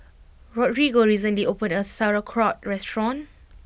Rodrigo recently opened a new Sauerkraut restaurant